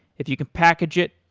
if you can package it,